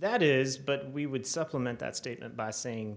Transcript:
that is but supplement that statement by saying